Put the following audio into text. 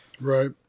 Right